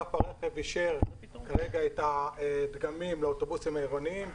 אגף הרכב אישר כרגע את הדגמים לאוטובוסים העירוניים.